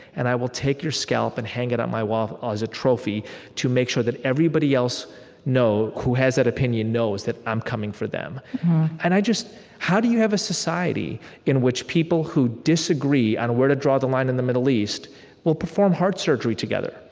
and i will take your scalp and hang it on my wall as a trophy to make sure that everybody else who has that opinion knows that i'm coming for them and i just how do you have a society in which people who disagree on where to draw the line in the middle east will perform heart surgery together,